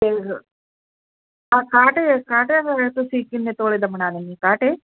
ਆ ਕਾਂਟੇ ਕਾਂਟੇ ਵੈਸੇ ਤੁਸੀਂ ਕਿੰਨੇ ਤੋਲੇ ਦਾ ਬਣਾਂ ਦਿੰਦੇ ਕਾਂਟੇ